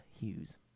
Hughes